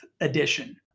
edition